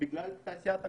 בגלל תעשיית הכושר.